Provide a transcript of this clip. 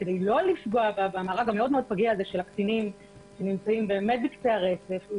כדי לא לפגוע במארג המאוד פגיע הזה של הקטינים שנמצאים בקצה הרצף,